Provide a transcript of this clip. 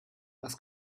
was